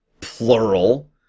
Plural